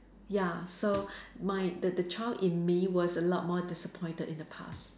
ya so mine the the child in me was a lot more disappointed in the past